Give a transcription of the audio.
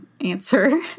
answer